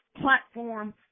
platform